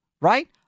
right